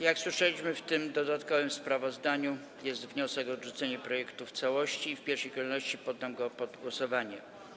Jak słyszeliśmy, w tym dodatkowym sprawozdaniu jest wniosek o odrzucenie projektu ustawy w całości i w pierwszej kolejności poddam go pod głosowanie.